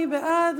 מי בעד?